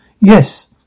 Yes